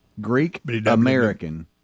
Greek-American